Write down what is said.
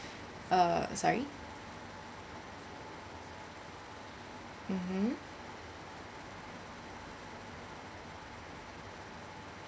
uh sorry mmhmm